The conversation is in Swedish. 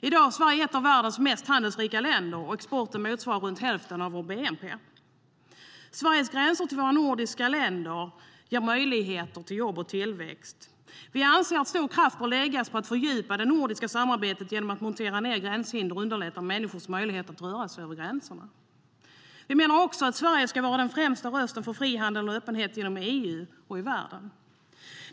I dag är Sverige ett av världens mest handelsrika länder, och exporten motsvarar runt hälften av vår bnp.Vi menar också att Sverige ska vara den främsta rösten för frihandel och öppenhet inom EU och i världen.